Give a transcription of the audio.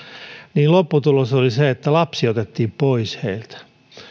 niin lopputulos oli se että lapsi otettiin pois heiltä